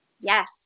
Yes